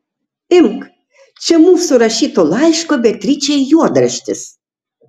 imk čia mūsų rašyto laiško beatričei juodraštis